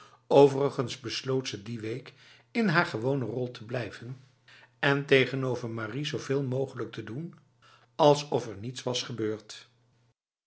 overigens besloot ze die week in haar gewone rol te blijven en tegenover marie zoveel mogelijk te doen alsof er niets was gebeurd